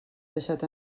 deixat